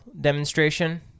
demonstration